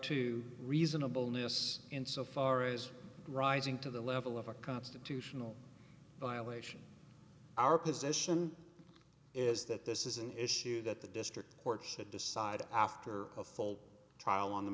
to reasonableness in so far as rising to the level of a constitutional violation our position is that this is an issue that the district court should decide after a full trial on the